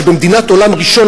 שבמדינת עולם ראשון,